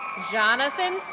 jonathan